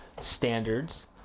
Standards